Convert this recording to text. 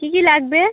কী কী লাগবে